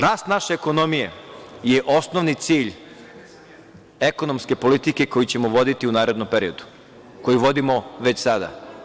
Rast naše ekonomije je osnovni cilj ekonomske politike koju ćemo voditi u narednom periodu, koju vodimo već sada.